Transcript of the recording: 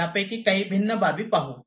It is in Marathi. तर यापैकी काही भिन्न बाबी पाहू